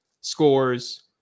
scores